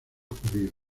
judíos